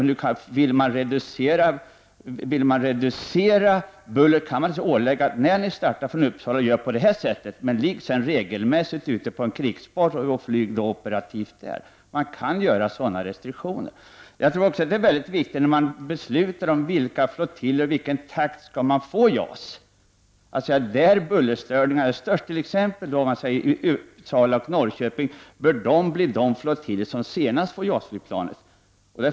Men vill man reducera bullret, kan man föreskriva: ”När ni startar från Uppsala, gör då på det här sättet, men ligg sedan regelmässigt ute på krigsbas och flyg då operativt.” Man kan alltså ha sådana restriktioner. Jag tror också att det är mycket viktigt, när man beslutar på vilka flottiljer och i vilken takt man skall få JAS, att säga att de flottiljer där bullerstörningarna är störst, t.ex. vid Uppsala och Norrköping, bör vara de flottiljer som senast får JAS-flygplanet.